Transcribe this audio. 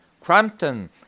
Crampton